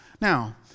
Now